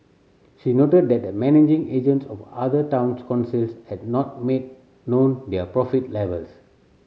she noted that the managing agents of other towns councils had not made known their profit levels